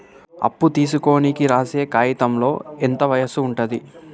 అప్పు తీసుకోనికి రాసే కాయితంలో ఎంత వయసు ఉంటది?